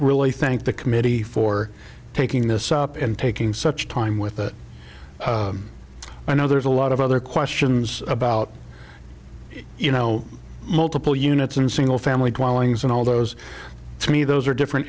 really think the committee for taking this up and taking such time with it i know there's a lot of other questions about you know multiple units and single family dwellings and all those to me those are different